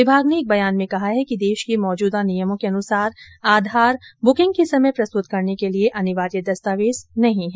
विभाग ने एक बयान में कहा है कि देश के मौजूदा नियमों के अनुसार आधार बुकिंग के समय प्रस्तुत करने के लिए अनिवार्य दस्तावेज नहीं है